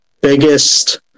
biggest